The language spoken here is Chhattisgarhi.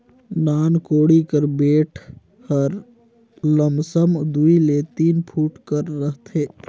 नान कोड़ी कर बेठ हर लमसम दूई ले तीन फुट कर रहथे